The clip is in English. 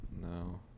No